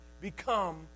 become